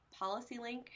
PolicyLink